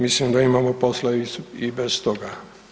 Mislim da imamo posla i bez toga.